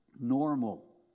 Normal